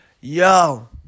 Yo